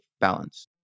balance